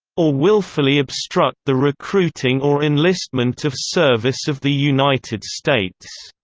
or willfully obstruct the recruiting or enlistment of service of the united states.